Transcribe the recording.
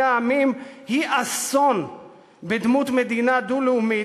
העמים היא אסון בדמות מדינה דו-לאומית,